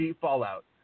fallout